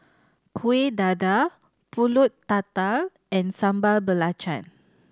Kueh Dadar Pulut Tatal and Sambal Belacan